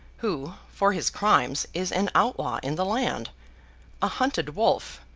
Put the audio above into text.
who, for his crimes, is an outlaw in the land a hunted wolf,